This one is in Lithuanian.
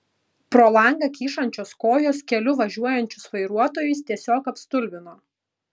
pro langą kyšančios kojos keliu važiuojančius vairuotojus tiesiog apstulbino